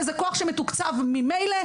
זה כוח שמתוקצב ממילא,